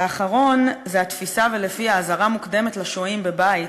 והאחרון זה התפיסה שלפיה אזהרה מוקדמת לשוהים בבית,